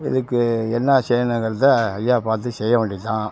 இதுக்கு என்ன செய்யணுங்கிறதை ஐயா பார்த்து செய்ய வேண்டியது தான்